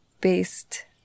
based